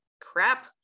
crap